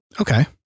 Okay